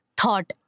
thought